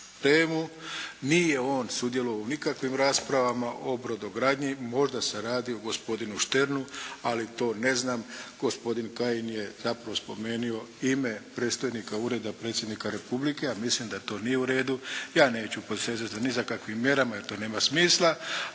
Nije on sudjelovao u nikakvim raspravama o brodogradnji. Možda se radi o gospodinu Šternu ali to ne znam. Gospodin Kajin je zapravo spomenio ime predstojnika Ureda Predsjednika Republike, a mislim da to nije u redu. Ja neću posezati ni za kakvim mjerama jer to nema smisla,